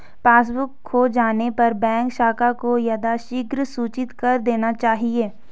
passbook खो जाने पर बैंक शाखा को यथाशीघ्र सूचित कर देना चाहिए